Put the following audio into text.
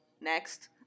next